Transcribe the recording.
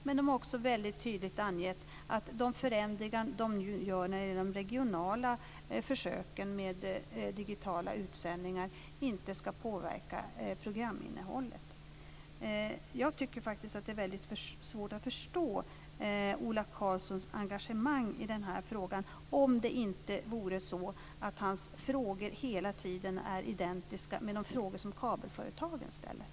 Men de har också väldigt tydligt angett de förändringar de nu gör för att de regionala försöken med digitala utsändningar inte ska påverka programinnehållet. Jag tycker faktiskt att det är väldigt svårt att förstå Ola Karlssons engagemang i den här frågan, om det inte är så att hans frågor hela tiden är identiska med de frågor som kabelföretagen ställer.